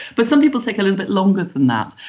but some people take a little bit longer than that.